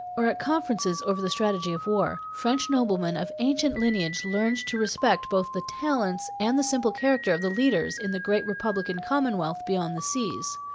or at conferences over the strategy of war, french noblemen of ancient lineage learned to respect both the talents and the simple character of the leaders in the great republican commonwealth beyond the seas.